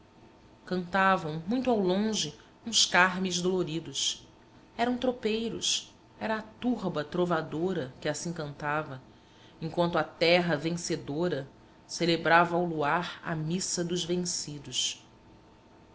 cantavam muito ao longe uns carmes doloridos eram tropeiros era a turba trovadora que assim cantava enquanto a terra vencedora celebrava ao luar a missa dos vencidos